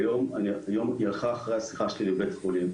היא הלכה אחרי השיחה שלי לבית חולים.